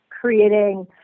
creating